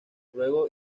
luego